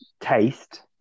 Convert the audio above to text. taste